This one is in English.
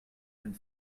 and